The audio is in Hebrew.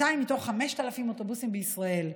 200 מתוך 5,000 אוטובוסים בישראל,